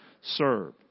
serve